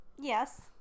yes